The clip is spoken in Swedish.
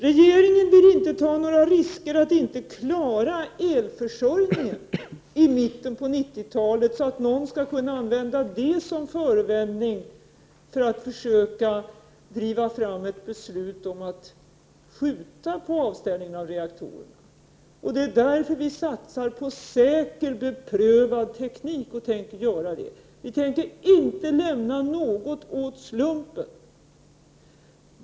Regeringen vill inte ta några risker, så att vi inte klarar elförsörjningen i mitten av 90-talet och så att inte någon skall kunna använda detta som en förevändning för att försöka driva fram ett beslut om att skjuta på avstängningen av reaktorerna. Därför satsar vi på säker och beprövad teknik. Vi tänker inte lämna något åt slumpen.